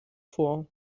vor